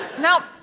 Now